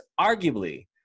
arguably